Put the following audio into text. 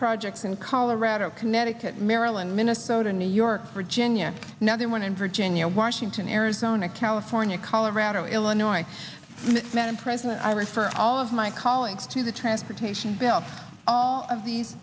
projects in colorado connecticut maryland minnesota new york virginia the one in virginia washington arizona california colorado illinois madam president i refer all of my colleagues to the transportation bill all of these